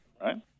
right